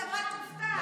את זה?